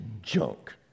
junk